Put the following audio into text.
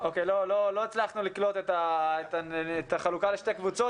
--- לא הצלחנו לקלוט את החלוקה לשתי קבוצות